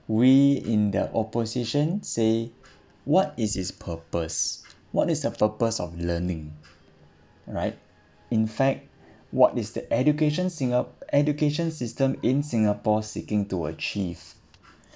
we in the opposition say what is his purpose what is the purpose of learning right in fact what is the education singap~ education system in singapore seeking to achieve